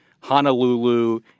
Honolulu